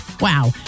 Wow